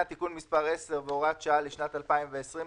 (תיקון מס' 10 והוראת שעה לשנת 2020)‏,